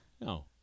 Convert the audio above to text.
no